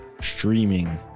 streaming